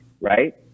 right